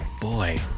boy